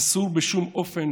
אסור בשום אופן